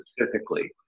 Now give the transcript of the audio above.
specifically